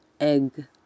egg